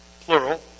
plural